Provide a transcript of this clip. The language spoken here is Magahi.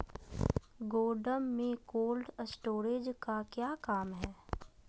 गोडम में कोल्ड स्टोरेज का क्या काम है?